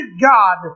God